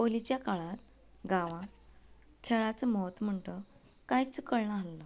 पयलीच्या काळांत गांवांत खेळाचो म्हत्व म्हणटा तो कांयच कळना आसलो